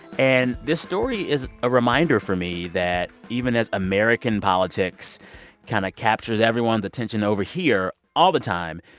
and this story is a reminder for me that, even as american politics kind of captures everyone's attention over here all the time,